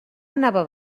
anava